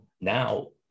now